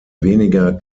weniger